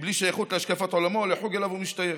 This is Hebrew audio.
בלי שייכות להשקפת עולמו או לחוג שאליו הוא משתייך.